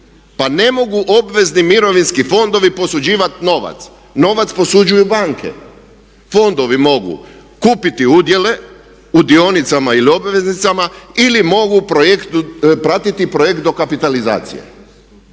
Pa ne mogu obvezni mirovinski fondovi posuđivati novac, novac posuđuju banke. Fondovi mogu kupiti udjele u dionicama ili obveznicama ili mogu projekt pratiti, projekt dokapitalizacije.